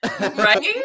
right